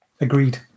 Agreed